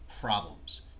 problems